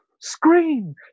Scream